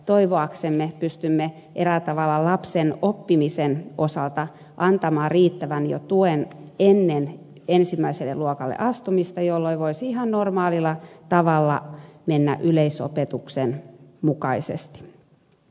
toivoaksemme pystymme eräällä tavalla lapsen oppimisen osalta antamaan riittävän tuen jo ennen ensimmäiselle luokalle astumista jolloin voisi ihan normaalilla tavalla mennä yleisopetuksen mukaisesti